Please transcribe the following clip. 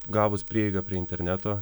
gavus prieigą prie interneto